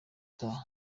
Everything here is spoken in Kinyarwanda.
utaha